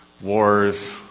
wars